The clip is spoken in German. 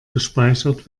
gespeichert